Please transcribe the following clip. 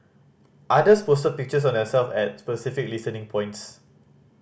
others posted pictures of themselves at specific listening points